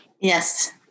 Yes